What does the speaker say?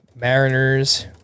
Mariners